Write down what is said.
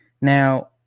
Now